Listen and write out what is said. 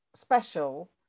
special